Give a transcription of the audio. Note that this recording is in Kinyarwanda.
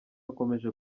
akomeje